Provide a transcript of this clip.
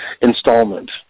installment